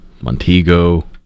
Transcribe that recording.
Montego